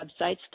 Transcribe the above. websites